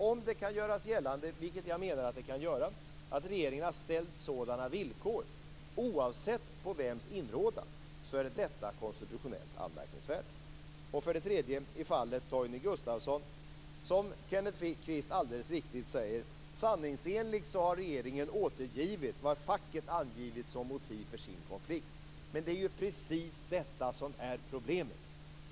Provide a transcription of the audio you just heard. Om det kan göras gällande, vilket jag menar att det kan göra, att regeringen har ställt sådana villkor, oavsett på vems inrådan, är detta konstitutionellt anmärkningsvärt. Kenneth Kvist alldeles riktigt säger har regeringen sanningsenligt återgivit vad facket angivit som motiv för sin konflikt. Det är precis detta som är problemet.